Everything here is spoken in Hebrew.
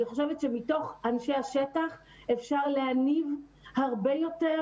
אני חושבת שמתוך אנשי השטח אפשר להניב הרבה יותר